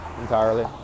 entirely